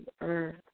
earth